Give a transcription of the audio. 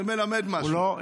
זה מלמד משהו.